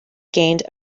gained